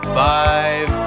five